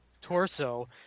torso